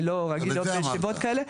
אני לא אגיד עוד בישיבות כאלה.